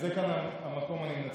אני